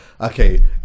okay